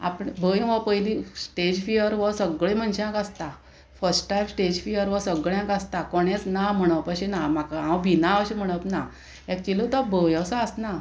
आप भंय हो पयली स्टेज फियर हो सगळे मनशांक आसता फस्ट टायम स्टेज फियर हो सगळ्यांक आसता कोणेंच ना म्हणप अशें ना म्हाका हांव भिना अशें म्हणप ना एक्चुली तो भंय असो आसना